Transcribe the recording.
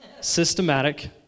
Systematic